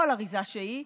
כל אריזה שהיא,